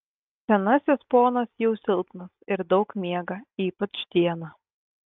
senasis ponas jau silpnas ir daug miega ypač dieną